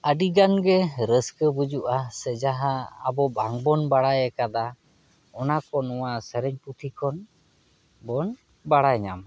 ᱟᱹᱰᱤ ᱜᱟᱱ ᱜᱮ ᱨᱟᱹᱥᱠᱟᱹ ᱵᱩᱡᱩᱜᱼᱟ ᱥᱮ ᱡᱟᱦᱟᱸ ᱟᱵᱚ ᱵᱟᱝ ᱵᱚᱱ ᱵᱟᱲᱟᱭ ᱟᱠᱟᱫᱟ ᱚᱱᱟ ᱠᱚ ᱱᱚᱣᱟ ᱥᱮᱨᱮᱧ ᱯᱩᱛᱷᱤ ᱠᱷᱚᱱ ᱵᱚᱱ ᱵᱟᱲᱟᱭ ᱧᱟᱢᱟ